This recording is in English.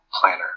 planner